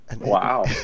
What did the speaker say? Wow